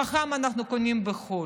פחם אנחנו קונים בחו"ל,